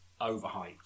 overhyped